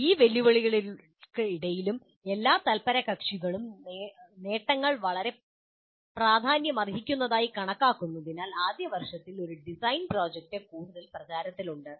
ഈ വെല്ലുവിളികൾക്കിടയിലും എല്ലാ തല്പരകക്ഷികളും നേട്ടങ്ങൾ വളരെ പ്രാധാന്യമർഹിക്കുന്നതായി കണക്കാക്കുന്നതിനാൽ ആദ്യ വർഷത്തിലെ ഒരു ഡിസൈൻ പ്രോജക്റ്റ് കൂടുതൽ പ്രചാരത്തിലുണ്ട്